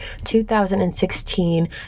2016